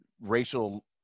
racial